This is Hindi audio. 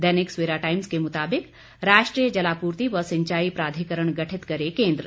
दैनिक सवेरा टाइम्स के मुताबिक राष्ट्रीय जलापूर्ति व सिंचाई प्राधिकरण गठित करे केन्द्र